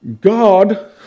God